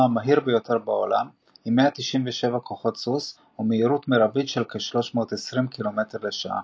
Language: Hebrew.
המהיר ביותר בעולם עם 197 כוח סוס ומהירות מרבית של כ-320 קילומטר לשעה.